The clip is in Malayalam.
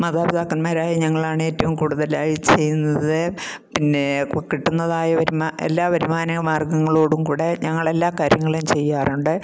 മാതാപിതാക്കന്മാരായ ഞങ്ങളാണ് ഏറ്റവും കൂടുതലായി ചെയ്യുന്നത് പിന്നെ ഇപ്പോൾ കിട്ടുന്നതായ എല്ലാ വരുമാനമാർഗ്ഗങ്ങളോടും കൂടെ ഞങ്ങൾ എല്ലാ കാര്യങ്ങളും ചെയ്യാറുണ്ട്